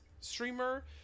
streamer